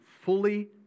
fully